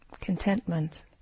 contentment